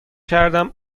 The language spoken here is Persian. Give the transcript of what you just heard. کردم